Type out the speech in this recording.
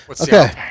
okay